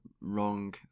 Wrong